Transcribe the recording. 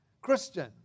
Christian